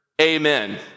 amen